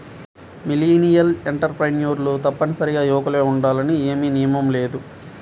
millennial ఎంటర్ప్రెన్యూర్లు తప్పనిసరిగా యువకులే ఉండాలని ఏమీ నియమం లేదు